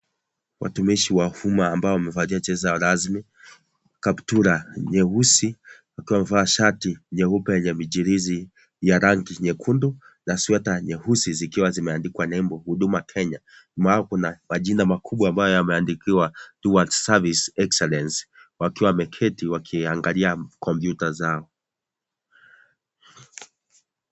Watumishi wa umma ambao wamevalia jezi zao rasmi, kaptura nyeusi wakiwa wamevaa shati nyeupe yenye michirizi ya rangi nyekundu na sweta nyeusi zikiwa zimeandikwa nembo Huduma Kenya, nyuma yao kuna majina makubwa ambayo yameandikiwa Towards Service Excellence wakiwa wameketi wakiangalia kompyuta zao.